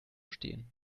stehen